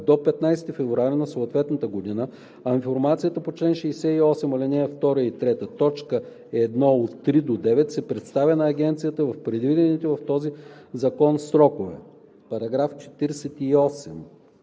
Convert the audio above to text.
до 15 февруари на съответната година, а информацията по чл. 68, ал. 2 и 3, т. 1, 3 – 9 се предоставя на агенцията в предвидените в този закон срокове.“